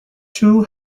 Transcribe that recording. two